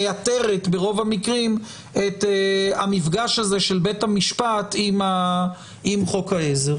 מייתרת ברוב המקרים את המפגש הזה של בית המשפט עם חוק העזר.